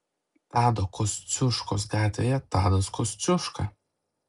tado kosciuškos gatvėje tadas kosciuška